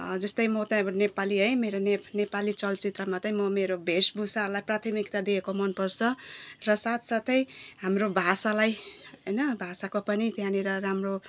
जस्तै म चाहिँ अब नेपाली है मेरो नेप नेपाली चलचित्रमा चाहिँ म मेरो वेशभूषालाई प्राथमिकता दिएको मनपर्छ र साथसाथै हाम्रो भाषालाई होइन भाषाको पनि त्यहाँनिर राम्रो